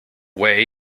way